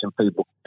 people